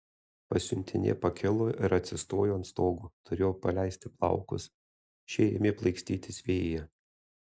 pasiuntinė pakilo ir atsistojo ant stogo turėjo paleisti plaukus šie ėmė plaikstytis vėjyje